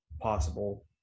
possible